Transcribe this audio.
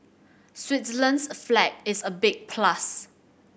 Switzerland's flag is a big plus